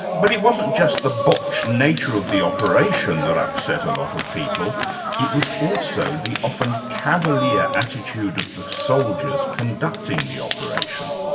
but it wasn't just the botched nature of the operation that upset a lot of people it was also the often cavalier attitude of the soldiers conducting the operation.